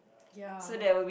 ya